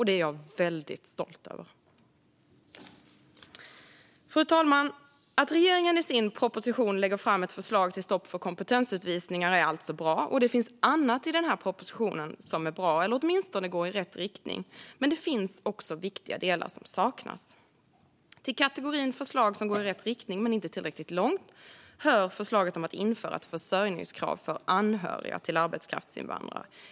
Det är jag väldigt stolt över. Fru talman! Att regeringen i sin proposition lägger fram ett förslag till stopp för kompetensutvisningar är alltså bra. Det finns också annat som är bra i denna proposition eller som åtminstone går i rätt riktning, men det är också viktiga delar som saknas. Till kategorin förslag som går i rätt riktning men inte tillräckligt långt hör förslaget om att införa ett försörjningskrav för anhöriga till arbetskraftsinvandrare.